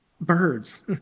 birds